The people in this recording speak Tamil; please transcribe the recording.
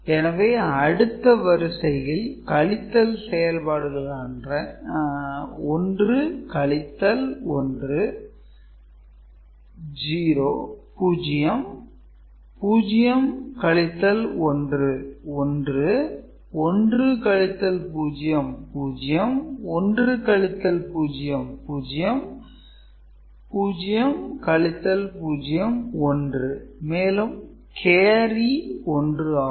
எனவே அடுத்த வரிசையில் கழித்தல் செயல்பாடுகளை 1 - 1 0 0 - 1 1 1 - 0 0 1 - 0 0 0 - 0 1 மேலும் கேரி 1 ஆகும்